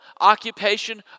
occupation